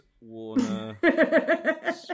Warner